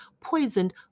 poisoned